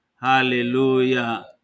Hallelujah